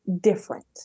different